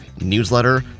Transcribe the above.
newsletter